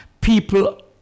people